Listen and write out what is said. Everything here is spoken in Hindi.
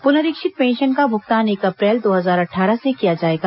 पुनरीक्षित पेंशन का भुगतान एक अप्रैल दो हजार अट्ठारह से किया जाएगा